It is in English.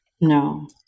No